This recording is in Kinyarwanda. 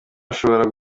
ashobora